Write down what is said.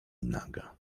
naga